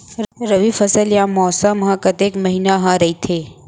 रबि फसल या मौसम हा कतेक महिना हा रहिथे?